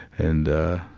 and ah,